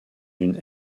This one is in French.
une